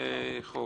חוק.